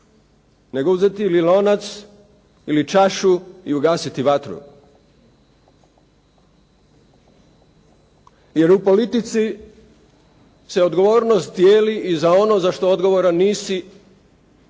Nego uzeti ili lonac ili čašu i ugasiti vatru. Jer u politici se odgovornost dijeli i za ono za što odgovoran nisi i